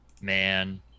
Man